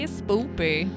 spoopy